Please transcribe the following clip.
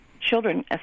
children